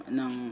ng